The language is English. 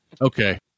okay